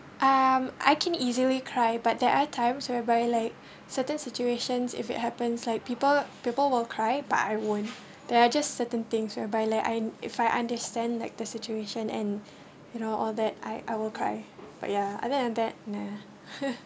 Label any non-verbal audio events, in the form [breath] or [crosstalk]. I can easily cry but there are times whereby like [breath] certain situations if it happens like people people will cry but I won't there are just cert~ then things whereby like I if I understand like the situation and [breath] you know all that II will cry but ya other than that [laughs]